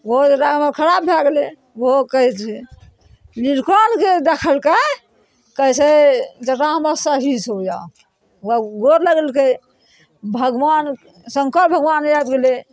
ओहो जे हमरा खराब भए गेलय ओहो कहय छै नीलकण्ठके जे देखलकइ कहय छै जतरा हमर सही छै आब गोर लगलकइ भगवान शंकर भगवान आबि गेलय